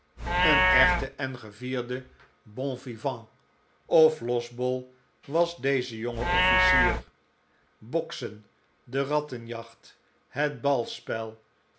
een echte en gevierde bon vivant of losbol was deze jonge officier boksen de rattenjacht het